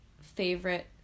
favorite